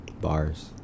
Bars